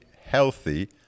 healthy